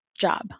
job